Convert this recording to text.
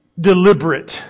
deliberate